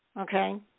okay